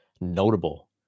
notable